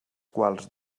quals